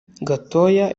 gatoya